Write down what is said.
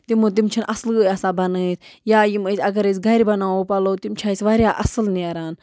تِمہٕ تِم چھِنہٕ اَصلٲے آسان بَنٲیِتھ یا یِم أسۍ اَگَر أسۍ گَرِ بَناوو پَلو تِم چھِ اَسہِ وارِیاہ اَصٕل نیران